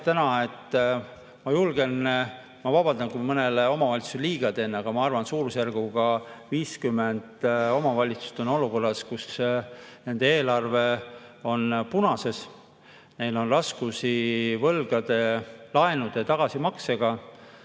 ma vabandan, kui ma mõnele omavalitsusele liiga teen, aga ma julgen arvata, et suurusjärgus 50 omavalitsust on olukorras, kus nende eelarve on punases. Neil on raskusi võlgade, laenude tagasimaksega